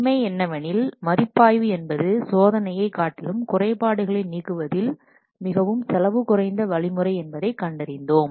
உண்மை என்னவெனில் மதிப்பாய்வு என்பது சோதனையை காட்டிலும் குறைபாடுகளை நீக்குவதில் மிகவும் செலவு குறைந்த வழிமுறை என்பதை கண்டறிந்தோம்